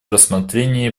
рассмотрении